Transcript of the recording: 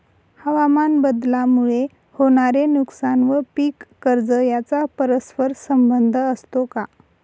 हवामानबदलामुळे होणारे नुकसान व पीक कर्ज यांचा परस्पर संबंध असतो का?